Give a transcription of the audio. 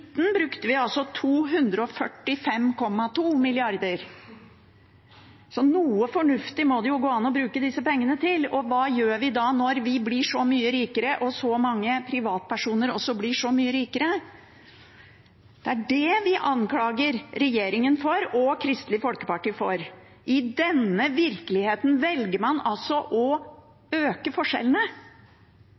brukte vi 245,2 mrd. kr, så noe fornuftig må det jo gå an å bruke disse pengene til. Og hva gjør vi når vi blir så mye rikere og så mange privatpersoner også blir så mye rikere? Det er det vi anklager regjeringen og Kristelig Folkeparti for, at i denne virkeligheten velger man altså å øke forskjellene,